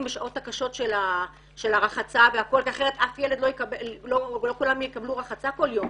בשעות הקשות של הרחצה והכל כי אחרת לא כולם יקבלו רחצה כל יום.